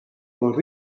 con